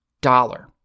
dollar